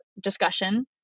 discussion